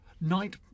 night